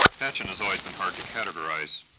patchen has always been hard to categorize.